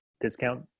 discount